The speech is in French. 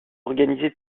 organisée